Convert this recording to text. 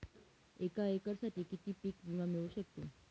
एका एकरसाठी किती पीक विमा मिळू शकतो?